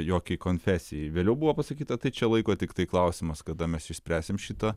jokiai konfesijai vėliau buvo pasakyta tai čia laiko tiktai klausimas kada mes išspręsim šitą